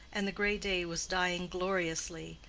and the gray day was dying gloriously,